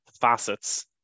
facets